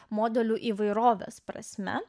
modelių įvairovės prasme